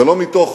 ולא מתוך